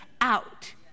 out